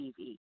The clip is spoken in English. TV